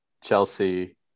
Chelsea